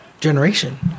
generation